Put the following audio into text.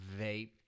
vape